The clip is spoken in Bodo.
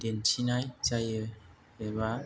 दिन्थिनाय जायो एबा